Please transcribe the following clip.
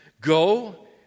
Go